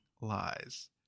lies